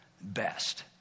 best